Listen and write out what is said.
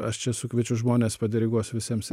aš čia sukviečiu žmones paderiguos visiems